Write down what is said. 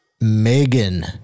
Megan